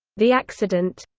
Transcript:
the accident.